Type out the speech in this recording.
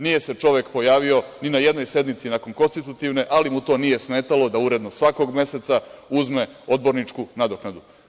Nije se čovek pojavio ni na jednoj sednici, nakon konstitutivne, ali mu to nije smetalo da uredno svakog meseca uzme odborničku nadoknadu.